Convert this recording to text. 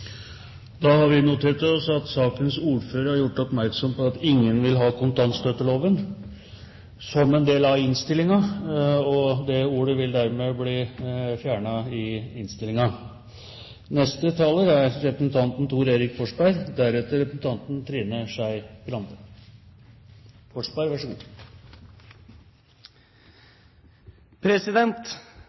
Da har vi notert oss at sakens ordfører har gjort oppmerksom på at ingen vil ha «kontantstøtteloven» som en del av innstillingen, og det ordet vil dermed bli fjernet i